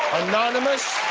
anonymous,